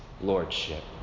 Lordship